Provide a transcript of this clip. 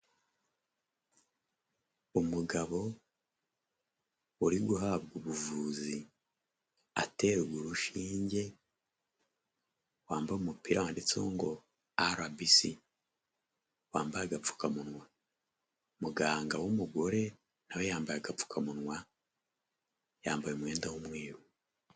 Umugabo uri guhabwa ubuvuzi, aterwa urushinge, wambaye umupira wanditseho ngo RBC, wambaye agapfukamunwa. Umuganga w'umugore na we yambaye agapfukamunwa, yambaye umwenda w'umweru.